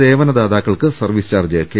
സേവനദാതാക്കൾക്ക് service charge K